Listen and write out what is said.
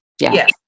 yes